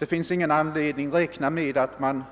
Det finns ingen anledning att räkna med att de